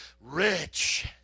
rich